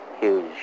huge